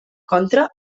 contra